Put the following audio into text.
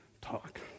talk